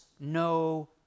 no